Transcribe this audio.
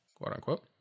quote-unquote